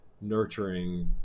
nurturing